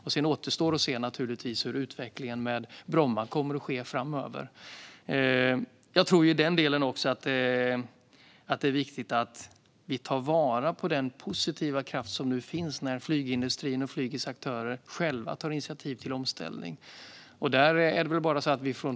Givetvis återstår det att se hur Bromma utvecklas framöver. Det är viktigt att vi tar vara på den positiva kraften i att flygindustrin och flygets aktörer själva tar initiativ till omställning.